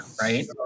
Right